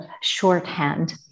shorthand